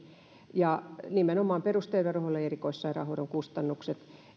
nimenomaan perusterveydenhuollon ja erikoissairaanhoidon kustannukset